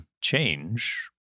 change